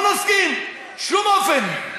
לא נסכים, בשום אופן.